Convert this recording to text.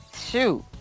Shoot